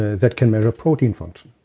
that can measure protein function.